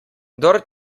kdor